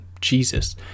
Jesus